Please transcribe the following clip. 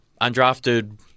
undrafted